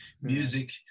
music